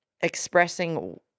expressing